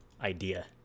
idea